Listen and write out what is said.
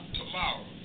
tomorrow